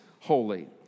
holy